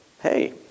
hey